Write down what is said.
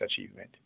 achievement